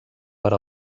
per